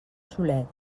solet